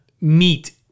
Meat